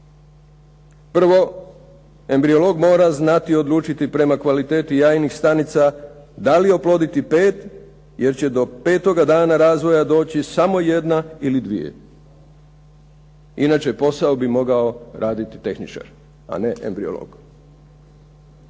Prvo embriolog mora znati odlučiti prema kvaliteti jajnih stanica da li oploditi 5 jer će do petoga dana razvoja doći samo jedna ili dvije inače posao bi mogao raditi tehničar, a ne embriolog.